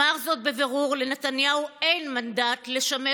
אומר זאת בבירור: לנתניהו אין מנדט לשמש